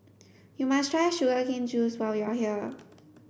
you must try sugar cane juice while you are here